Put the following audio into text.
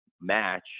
match